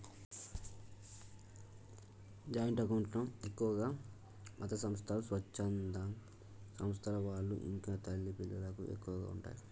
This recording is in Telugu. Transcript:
జాయింట్ అకౌంట్ లో ఎక్కువగా మతసంస్థలు, స్వచ్ఛంద సంస్థల వాళ్ళు ఇంకా తల్లి పిల్లలకు ఎక్కువగా ఉంటయ్